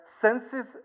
senses